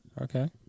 Okay